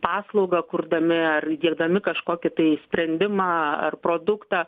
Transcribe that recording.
paslaugą kurdami ar girdami kažkokį tai sprendimą ar produktą